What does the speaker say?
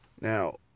now